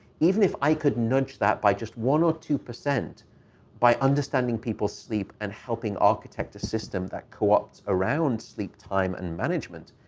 even if i could nudge that by just one percent or two percent by understanding people's sleep and helping architect a system that co-opts around sleep time and management,